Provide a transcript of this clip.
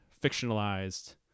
fictionalized